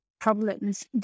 problems